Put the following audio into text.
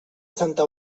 santa